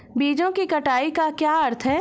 बीजों की कटाई का क्या अर्थ है?